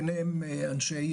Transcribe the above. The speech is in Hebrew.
ביניהם אנשי